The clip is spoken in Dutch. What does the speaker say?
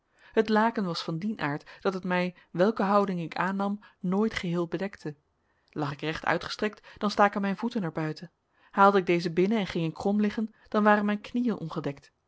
het laken was van dien aard dat het mij welke houding ik aannam nooit geheel bedekte lag ik recht uitgestrekt dan staken mijn voeten er buiten haalde ik deze binnen en ging ik krom liggen dan waren mijn knieën ongedekt